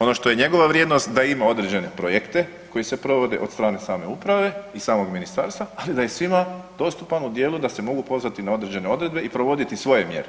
Ono što je njegova vrijednost da ima određene projekte koji se provode od strane same uprave i samog ministarstva, ali da je i svima dostupan u dijelu da se mogu pozvati na određene odredbe i provoditi svoje mjere